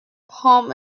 palm